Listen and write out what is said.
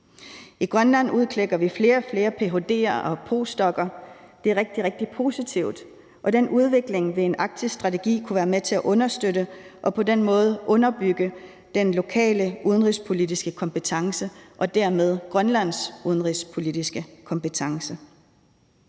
I Grønland udklækker vi flere og flere ph.d.er og postdoc'er. Det er rigtig, rigtig positivt, og den udvikling vil en arktisk strategi kunne være med til at understøtte, så vi på den måde kan få underbygget den lokale udenrigspolitiske kompetence og dermed Grønlands udenrigspolitiske kompetence.